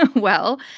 ah well,